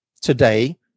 today